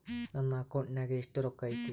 ನನ್ನ ಅಕೌಂಟ್ ನಾಗ ಎಷ್ಟು ರೊಕ್ಕ ಐತಿ?